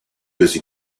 busy